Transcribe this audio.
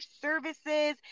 services